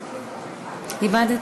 השאילתה,